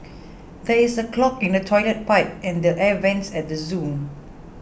there is a clog in the Toilet Pipe and the Air Vents at the zoo